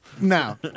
Now